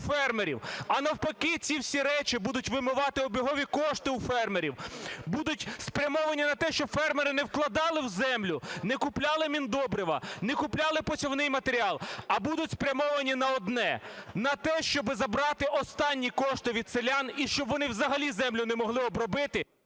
А навпаки ці всі речі будуть вимивати обігові кошти у фермерів, будуть спрямовані на те, щоб фермери не вкладали в землю, не купляли міндобрива, не купляли посівний матеріал, а будуть спрямовані на одне: на те, щоб забрати останні кошти від селян і щоб вони взагалі землю не могли обробити…